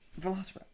Velociraptor